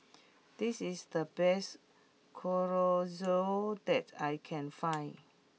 this is the best Chorizo that I can find